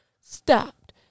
stopped